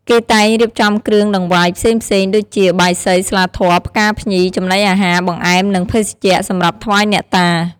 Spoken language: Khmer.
គេតែងរៀបចំគ្រឿងដង្វាយផ្សេងៗដូចជា បាយសី ស្លាធម៌ ផ្កាភ្ញី ចំណីអាហារ បង្អែម និងភេសជ្ជៈ សម្រាប់ថ្វាយអ្នកតា។